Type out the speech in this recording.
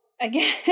again